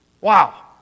Wow